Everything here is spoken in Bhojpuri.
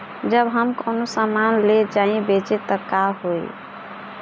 जब हम कौनो सामान ले जाई बेचे त का होही?